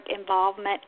involvement